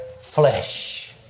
flesh